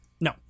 No